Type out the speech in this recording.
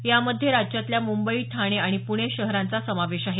यामध्ये राज्यातल्या मुंबई ठाणे आणि पुणे शहरांचा समावेश आहे